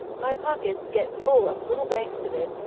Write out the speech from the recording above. my pockets get full of little hanks of it,